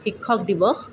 শিক্ষক দিৱস